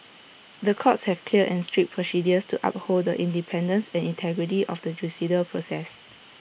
the courts have clear and strict procedures to uphold The Independence and integrity of the judicial process